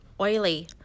Oily